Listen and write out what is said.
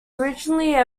originally